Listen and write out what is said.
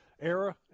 era